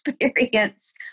experience